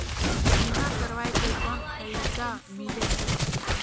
बीमा करवाय के कौन फाइदा मिलेल?